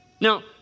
Now